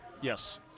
Yes